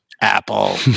Apple